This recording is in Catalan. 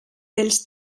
dels